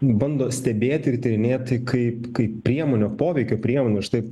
bando stebėti ir tyrinėti kaip kaip priemonių poveikio priemonių štai